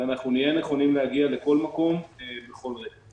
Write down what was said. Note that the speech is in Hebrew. אנחנו נהיה נכונים להגיע לכל מקום בכל רגע.